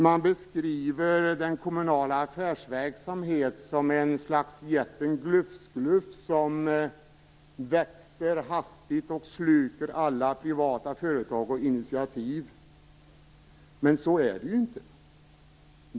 Man beskriver den kommunala affärsverksamheten som något av jätten glufs-glufs som växer hastigt och slukar alla privata företag och initiativ. Men så är det inte.